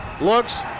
looks